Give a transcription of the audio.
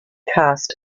cast